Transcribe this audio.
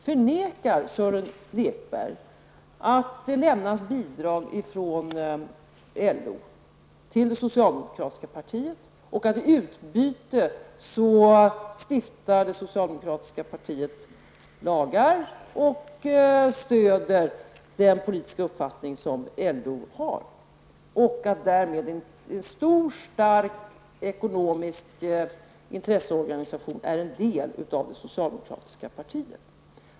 Förnekar Sören Lekberg att det lämnas bidrag från LO till det socialdemokratiska partiet, att det socialdemokratiska partiet i utbyte stiftar lagar och stödjer den politiska uppfattning som LO har och att en stor stark ekonomisk intresseorganisation därmed utgör en del av det socialdemokratiska partiet?